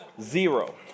Zero